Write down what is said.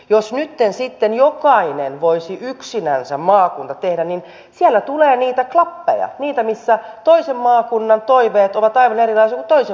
jos nytten sitten jokainen maakunta voisi yksinänsä tehdä niin siellä tulee niitä klappeja missä toisen maakunnan toiveet ovat aivan erilaisia kuin toisen maakunnan toiveet